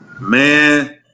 man